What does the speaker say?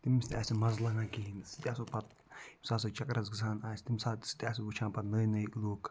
تٔمِس تہِ آسہِ نہٕ مَزٕ لگان کِہیٖنۍ سُہ تہِ آسو پتہٕ ییٚمہِ ساتہٕ سُہ چکرَس گژھان آسہِ تَمہِ ساتہٕ تہِ سُہ تہِ آسہِ وٕچھان پَتہٕ نٔے نٔے لُکھ